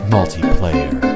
Multiplayer